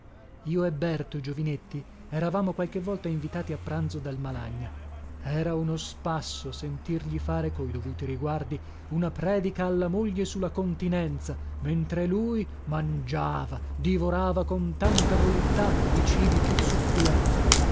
io e berto giovinetti eravamo qualche volta invitati a pranzo dal malagna era uno spasso sentirgli fare coi dovuti riguardi una predica alla moglie su la continenza mentre lui mangiava divorava con tanta voluttà i cibi più succulenti